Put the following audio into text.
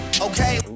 okay